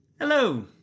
hello